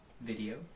video